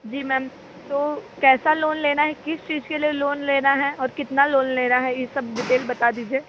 जी ma'am तो कैसा loan लेना है किस चीज के लिए लोन लेना है और कितना लोन लेना है ये सब डिटेल बता दीजिए